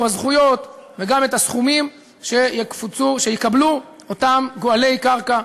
הזכויות וגם את הסכומים שיקבלו אותם גואלי קרקע,